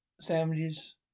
sandwiches